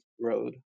road